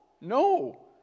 no